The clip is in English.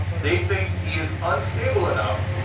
they think he's unstable enough,